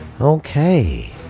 Okay